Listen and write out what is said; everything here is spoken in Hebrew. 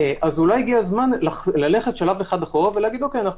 אולי הגיע הזמן ללכת שלב אחד אחורה ולומר: אנחנו